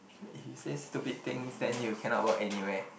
if you say stupid things then you cannot work anywhere